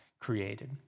created